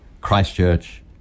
Christchurch